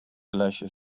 lesie